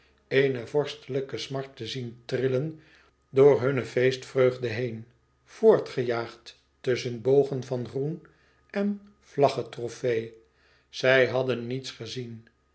eene vorstelijke smart te zien trillen door hunne feestvreugde heen voortgejaagd tusschen bogen van groen en vlaggetrofee zij hadden niets gezien